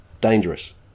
dangerous